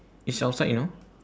it's outside you know